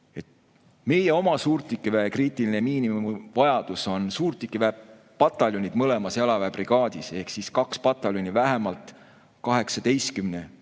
Meie oma suurtükiväe kriitiline miinimumvajadus on suurtükiväe pataljon mõlemas jalaväebrigaadis ehk siis kaks pataljoni, mõlemas vähemalt 18, aga